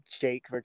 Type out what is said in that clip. Jake